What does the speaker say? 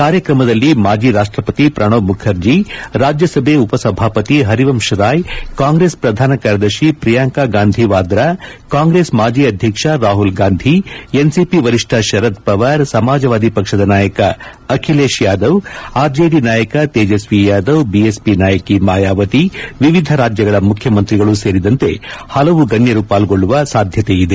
ಕಾರ್ಯಕ್ರಮದಲ್ಲಿ ಮಾಜಿ ರಾಷ್ಟಪತಿ ಪ್ರಣಬ್ ಮುಖರ್ಜಿ ರಾಜ್ಯಸಭೆ ಉಪ ಸಭಾಪತಿ ಹರಿವಂಶ್ ರಾಯ್ ಕಾಂಗ್ರೆಸ್ ಪ್ರಧಾನ ಕಾರ್ಯದರ್ಶಿ ಪ್ರಿಯಾಂಕ ಗಾಂಧಿ ವಾದ್ರಾ ಕಾಂಗ್ರೆಸ್ ಮಾಜಿ ಅಧ್ಯಕ್ಷ ರಾಹುಲ್ ಗಾಂಧಿ ಎನ್ಸಿಪಿ ವರಿಷ್ಣ ಶರದ್ ಪವಾರ್ ಸಮಾಜವಾದಿ ಪಕ್ಷದ ನಾಯಕ ಅಖಿಲೇಶ್ ಯಾದವ್ ಆರ್ಜೆಡಿ ನಾಯಕ ತೇಜಸ್ವಿ ಯಾದವ್ ಬಿಎಸ್ಪಿ ನಾಯಕಿ ಮಾಯಾವತಿ ವಿವಿಧ ರಾಜ್ಯಗಳ ಮುಖ್ಯಮಂತ್ರಿಗಳು ಸೇರಿದಂತೆ ಹಲವು ಗಣ್ಯರು ಪಾಲ್ಗೊಳ್ಳುವ ಸಾಧ್ಯತೆಯಿದೆ